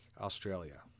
Australia